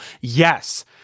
yes